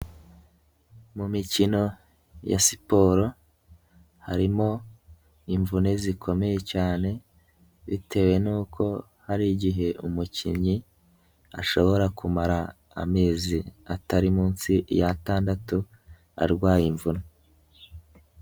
Mu mikino ya siporo harimo imvune zikomeye cyane, bitewe n'uko hari igihe umukinnyi ashobora kumara amezi atari munsi y'atandatu arwaye imvune.